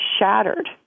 shattered